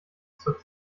zur